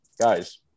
guys